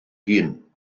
hun